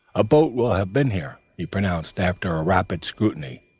a boat will have been here, he pronounced after a rapid scrutiny.